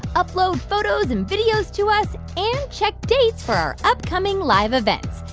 upload photos and videos to us and check dates for our upcoming live events.